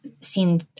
seen